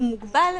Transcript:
הוא מוגבל,